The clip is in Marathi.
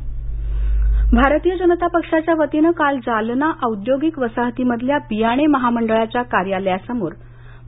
आंदोलन जालना भारतीय जनता पक्षाच्यावतीनं काल जालना औद्योगिक वसाहतीमधल्या बियाणे महामंडळाच्या कार्यालयासमोर